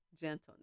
gentleness